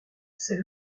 c’est